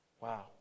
Wow